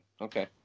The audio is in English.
Okay